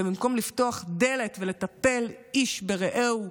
ובמקום לפתוח דלת ולטפל איש ברעהו,